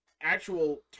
actual